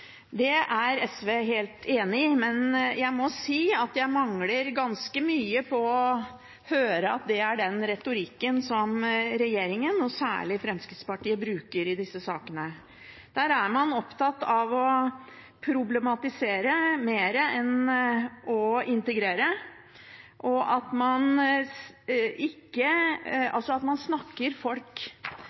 Det er SV helt enig i, men jeg må si at det mangler ganske mye på å høre at det er den retorikken som regjeringen – og særlig Fremskrittspartiet – bruker i disse sakene. Der er man opptatt av å problematisere mer enn å integrere, og man snakker folk